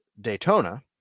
Daytona